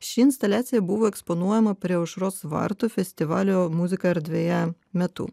ši instaliacija buvo eksponuojama prie aušros vartų festivalio muzika erdvėje metu